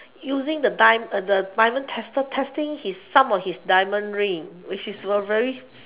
using the dia~ the the diamond tester testing his some of his diamond ring which is very